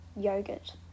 Yogurt